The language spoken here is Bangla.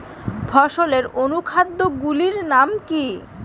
ফসলের অনুখাদ্য গুলির নাম কি?